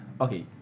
Okay